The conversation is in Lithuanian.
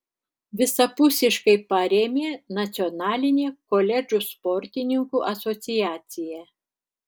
visapusiškai parėmė nacionalinė koledžų sportininkų asociacija